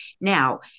Now